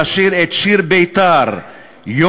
לשיר את שיר בית"ר יום-יום,